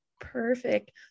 Perfect